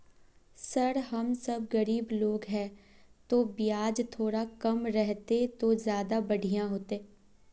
sir हम सब गरीब लोग है तो बियाज थोड़ा कम रहते तो ज्यदा बढ़िया होते